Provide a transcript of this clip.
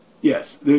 Yes